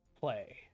play